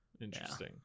interesting